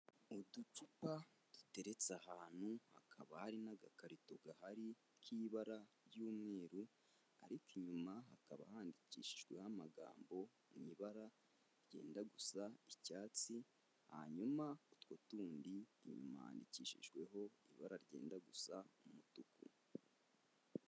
Uducupa duteretse ahantu hakaba hari n'agakarito gahari k'ibara ry'umweru, ariko inyuma hakaba handikishijweho amagambo mu ibara ryenda gusa icyatsi, hanyuma utwo tundi inyuma handikishijweho ibara ryenda gusa umutuku.